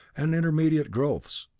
and intermediate growths.